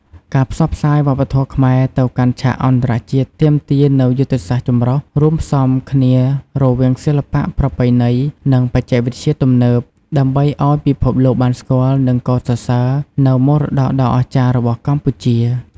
ការផ្សព្វផ្សាយវប្បធម៌ខ្មែរទៅកាន់ឆាកអន្តរជាតិទាមទារនូវយុទ្ធសាស្ត្រចម្រុះ រួមផ្សំគ្នារវាងសិល្បៈប្រពៃណី និងបច្ចេកវិទ្យាទំនើប ដើម្បីឱ្យពិភពលោកបានស្គាល់ និងកោតសរសើរនូវមរតកដ៏អស្ចារ្យរបស់កម្ពុជា។